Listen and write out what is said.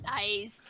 nice